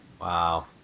wow